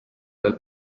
veel